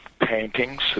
paintings